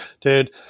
Dude